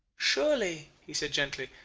surely, he said gently,